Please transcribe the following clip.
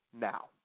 now